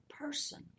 person